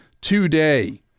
today